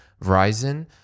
Verizon